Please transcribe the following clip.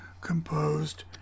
composed